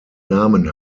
namen